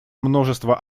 множество